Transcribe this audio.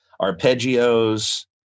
arpeggios